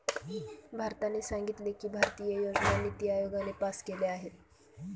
भारताने सांगितले की, भारतीय योजना निती आयोगाने पास केल्या आहेत